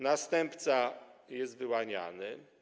Następca jest wyłaniany.